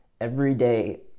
everyday